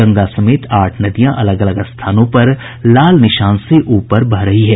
गंगा समेत आठ नदियां अलग अलग स्थानों पर लाल निशान से ऊपर बह रही है